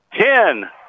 Ten